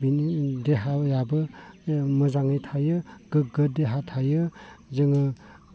बिनि देहायाबो मोजाङै थायो गोग्गो देहा थायो जोङो